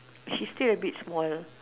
she's still a bit small